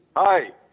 Hi